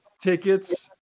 tickets